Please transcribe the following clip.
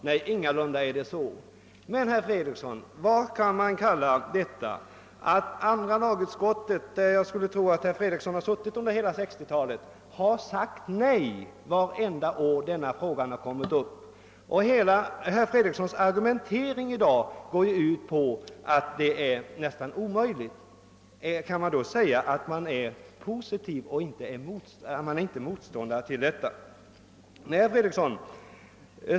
Nej, ingalunda är det så, men hur skall vi karakterisera det förhållandet att andra lagutskottet — där jag skulle tro att herr Fredriksson har suttit med under hela 1960-talet — har sagt nej vartenda år då denna fråga har kommit upp? Hela herr Fredrikssons argumentering i dag går för övrigt ut på att det är nästan omöjligt att företa en sänkning av pensionsåldern. Kan man då påstå sig ha en positiv inställning och inte vara motståndare till detta? Nej, herr Fredriksson!